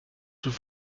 sous